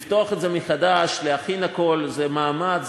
לפתוח את זה מחדש ולהכין הכול זה מאמץ,